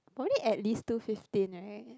no need at least two fifteen [right]